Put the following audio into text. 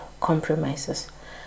compromises